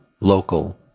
local